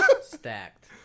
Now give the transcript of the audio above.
Stacked